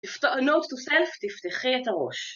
פת... note to self: תפתחי את הראש.